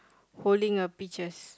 holding a peaches